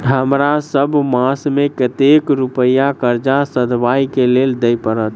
हमरा सब मास मे कतेक रुपया कर्जा सधाबई केँ लेल दइ पड़त?